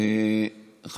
5), התש"ף 2020, נתקבל.